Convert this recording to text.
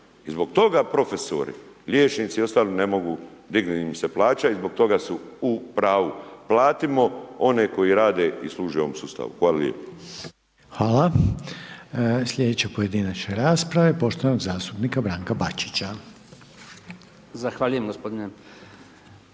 I zbog toga profesori, liječnici, i ostali ne mogu, dignuti im se plaća i zbog toga su u pravu. Platimo one koji rade i služe ovom sustavu. Hvala lijepo. **Reiner, Željko (HDZ)** Hvala. Sljedeća pojedinačna rasprava je poštovanog zastupnika Branka Bačića. **Bačić, Branko